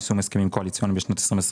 יישום הסכמים קואליציוניים בשנת 2021